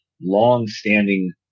long-standing